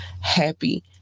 happy